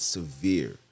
severe